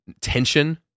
tension